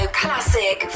classic